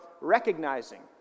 recognizing